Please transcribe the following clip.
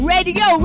Radio